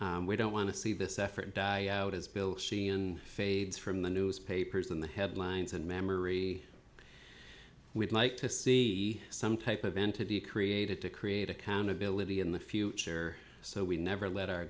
forth we don't want to see this effort die out as bill sheehan fades from the newspapers in the headlines and memory we'd like to see some type of entity created to create accountability in the future so we never let our